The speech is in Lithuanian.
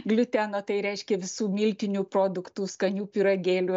gliuteno tai reiškia visų miltinių produktų skanių pyragėlių